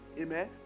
Amen